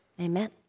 Amen